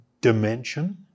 dimension